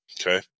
Okay